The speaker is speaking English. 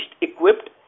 equipped